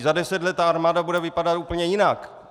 Za deset let ta armáda bude vypadat úplně jinak!